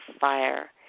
fire